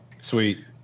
Sweet